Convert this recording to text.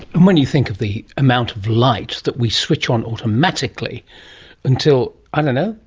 and when you think of the amount of light that we switch on automatically until, i don't know,